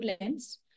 lens